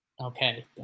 Okay